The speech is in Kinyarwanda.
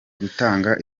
gutanga